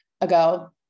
ago